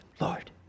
Lord